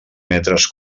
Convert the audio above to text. metres